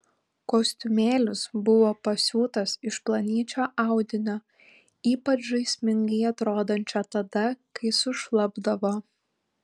kostiumėlis buvo pasiūtas iš plonyčio audinio ypač žaismingai atrodančio tada kai sušlapdavo